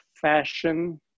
fashion